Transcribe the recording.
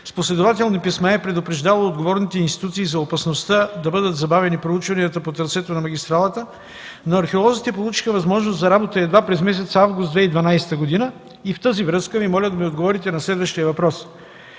последователни писма е предупреждавало отговорните институции за опасността да бъдат забавени проучванията по трасето на магистралата, но археолозите получиха възможност за работа едва през месец август 2012 г. И в тази връзка Ви моля да ми отговорите на следващия въпрос